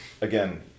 again